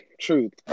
Truth